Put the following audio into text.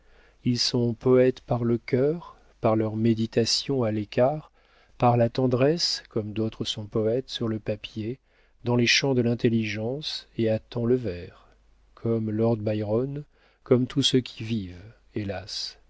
ils sont poëtes par le cœur par leurs méditations à l'écart par la tendresse comme d'autres sont poëtes sur le papier dans les champs de l'intelligence et à tant le vers comme lord byron comme tous ceux qui vivent